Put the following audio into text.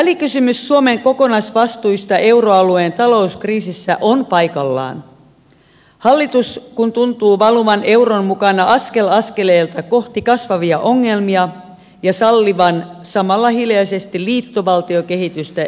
välikysymys suomen kokonaisvastuista euroalueen talouskriisissä on paikallaan hallitus kun tuntuu valuvan euron mukana askel askeleelta kohti kasvavia ongelmia ja sallivan samalla hiljaisesti liittovaltiokehitystä edistäviä toimia